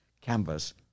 canvas